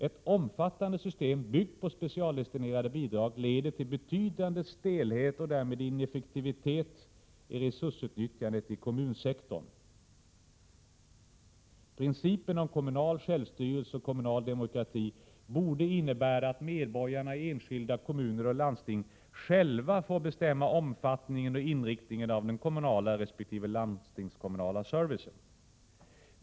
Ett omfattande system byggt på specialdestinerade bidrag leder till betydande stelhet och därmed till ineffektivitet i resursutnyttjandet i kommunsektorn. Principen om kommunalt självstyre och kommunal demokrati borde innebära att medborgarna i enskilda kommuner och landsting själva får bestämma omfattningen och inriktningen av den kommunala resp. landstingskommunala servicen.